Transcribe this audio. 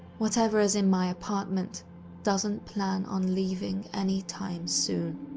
whatever is in my apartment doesn't plan on leaving anytime soon.